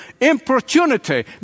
importunity